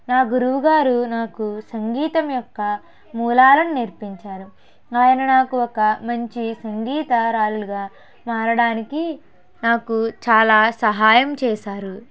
నా గురువుగారు నాకు సంగీతం యొక్క మూలాలను నేర్పించారు ఆయన నాకు ఒక మంచి సంగీతరాలుగా మారడానికి నాకు చాలా సహాయం చేసారు